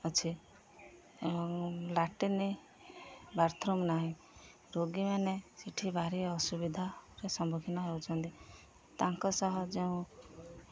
ଅଛି ଏବଂ latrine bathroom ନାହିଁ ରୋଗୀମାନେ ସେଠି ଭାରି ଅସୁବିଧାରେ ସମ୍ମୁଖୀନ ହେଉଛନ୍ତି ତାଙ୍କ ସହ ଯେଉଁ